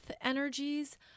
energies